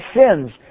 sins